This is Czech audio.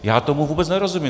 Já tomu vůbec nerozumím.